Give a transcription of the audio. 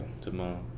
tomorrow